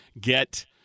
get –